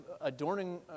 adorning